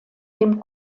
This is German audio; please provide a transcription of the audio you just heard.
dem